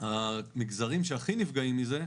המגזרים שהכי נפגעים מזה,